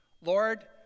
Lord